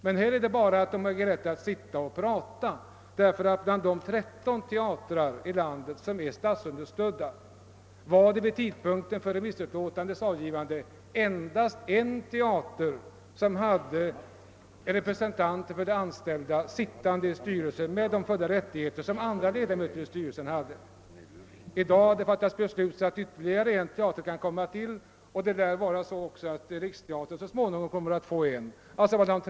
Men de representanter från de anställda som är med i teatrarnas styrelser har bara rätt att sitta och att prata; av de 13 statsunderstödda teatrarna har endast en teater givit de anställdas representant samma rättigheter som andra ledamöter 1 styrelsen. I dag har det fattats beslut om att ytterligare en teater kommer att ge de anställdas representant sådana rättigheter, och Riksteatern lär också så småningom göra det.